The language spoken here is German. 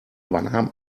übernahm